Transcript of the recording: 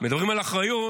מדברים על אחריות,